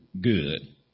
good